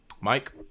Mike